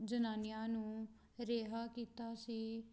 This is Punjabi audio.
ਜਨਾਨੀਆਂ ਨੂੰ ਰਿਹਾਅ ਕੀਤਾ ਸੀ